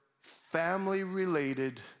family-related